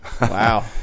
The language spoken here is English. wow